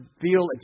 feel